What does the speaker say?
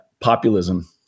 populism